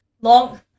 Long